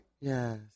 Yes